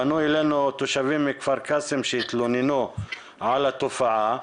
פנו אלינו תושבים מכפר קאסם שהתלוננו על התופעה.